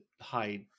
hide